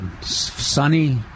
sunny